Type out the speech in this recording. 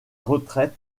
retraite